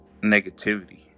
negativity